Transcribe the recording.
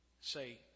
say